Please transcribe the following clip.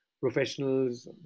professionals